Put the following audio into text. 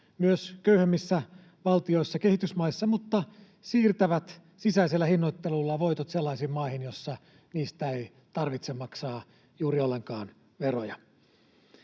myös köyhemmissä valtioissa, kehitysmaissa, mutta siirtävät sisäisellä hinnoittelulla voitot sellaisiin maihin, joissa niistä ei tarvitse maksaa juuri ollenkaan veroja.